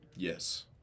Yes